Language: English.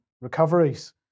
recoveries